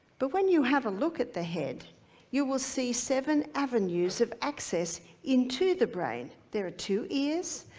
but when you have a look at the head you will see seven avenues of access into the brain. there are two ears,